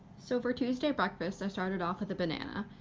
so for tuesday breakfast i started off with a banana.